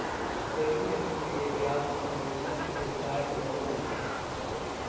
dairy क्षेत्र के लिये ब्याज सबवेंशन रोजगार मे मदद करता है